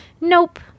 nope